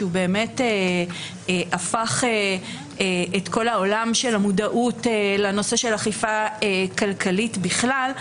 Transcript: שהוא באמת הפך את כל העולם של המודעות לנושא של אכיפה כלכלית בכלל,